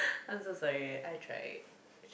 I'm so sorry I tried